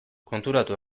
konturatu